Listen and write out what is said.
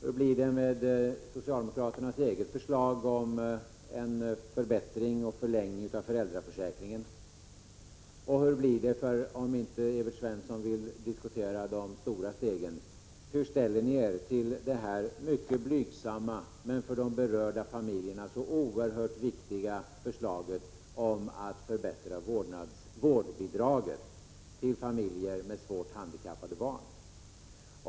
Hur blir det med socialdemokraternas eget förslag om en förbättring och förlängning av föräldraförsäkringen? Hur blir det om inte Evert Svensson vill diskutera de stora stegen? Hur ställer ni er till det mycket blygsamma men för de berörda familjerna så oerhört viktiga förslaget om att förbättra vårdbidraget till familjer med svårt handikappade barn?